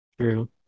True